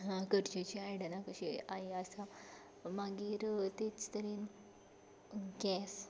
गरजेची आयदनां कशी हीं आसता मागीर तेच तरेन गॅस